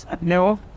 No